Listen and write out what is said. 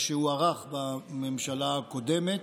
והוא הוארך בממשלה הקודמת,